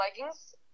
leggings